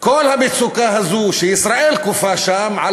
כל המצוקה הזאת שישראל כופה שם על